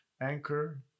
Anchor